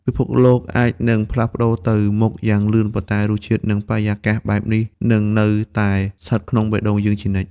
ពិភពលោកអាចនឹងផ្លាស់ប្តូរទៅមុខយ៉ាងលឿន ប៉ុន្តែរសជាតិ និងបរិយាកាសបែបនេះនឹងនៅតែស្ថិតក្នុងបេះដូងយើងជានិច្ច។